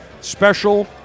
special